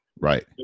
Right